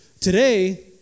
Today